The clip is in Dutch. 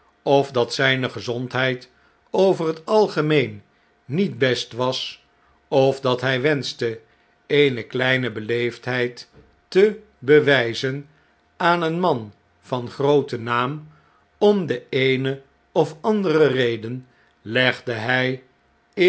of dat zijne gezondheid over het algemeen niet best was of dat hij wenschte eene kleine beleefdheid te bewjjzen aan een man van grooten naam om de eene of andere reden legde hg